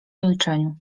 milczeniu